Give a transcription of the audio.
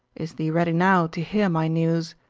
is thee ready now to hear my news?